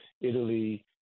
Italy